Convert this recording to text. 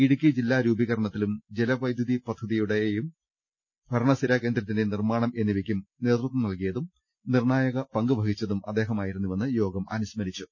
ഇടുക്കി ജില്ലാ രൂപീകരണത്തിലും ജലവൈദ്യുതി പദ്ധതിയുടെയും ഭരണസിരാകേന്ദ്രത്തിന്റെ നിർമ്മാണ് ം എന്നിവക്ക് നേതൃത്വം നിർണായക പങ്കുവഹിച്ചതും നൽകിയതും അദ്ദേഹമായിരുന്നുവെന്ന് യോഗം അനുസ്മരിച്ചു